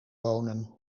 wonen